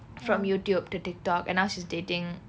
from youtube to the dog and now she's dating